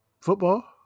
football